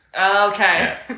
okay